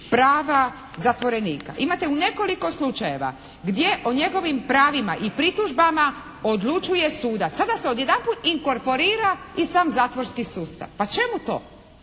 prava zatvorenika. Imate u nekoliko slučajeva gdje o njegovim pravima i pritužbama odlučuje sudac. Sada se odjedanput inkorporira i sam zatvorski sustav. Pa čemu to?